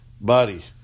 body